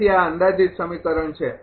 તેથી આ અંદાજિત સમીકરણ છે